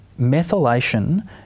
methylation